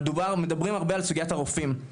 אבל, מדברים הרבה על סוגיית הרופאים.